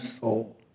soul